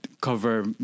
cover